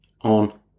on